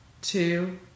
two